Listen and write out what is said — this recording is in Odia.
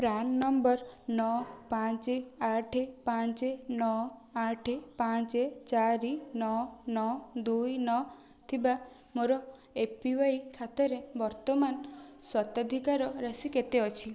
ପ୍ରାନ୍ ନମ୍ବର୍ ନଅ ପାଞ୍ଚ ଆଠ ପାଞ୍ଚ ନଅ ଆଠ ପାଞ୍ଚ ଚାରି ନଅ ନଅ ଦୁଇ ନଅ ଥିବା ମୋର ଏ ପି ୱାଇ ଖାତାରେ ବର୍ତ୍ତମାନ ସ୍ୱତ୍ୱାଧିକାର ରାଶି କେତେ ଅଛି